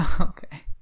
Okay